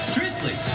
Drizzly